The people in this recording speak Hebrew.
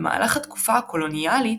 במהלך התקופה הקולוניאלית,